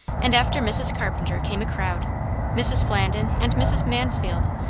and after mrs. carpenter came a crowd mrs. flandin, and mrs. mansfield,